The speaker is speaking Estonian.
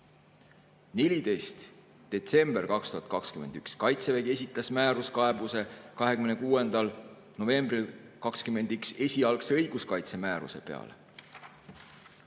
14. detsember 2021: Kaitsevägi esitas määruskaebuse 26. novembril 2021 esialgse õiguskaitse määruse peale.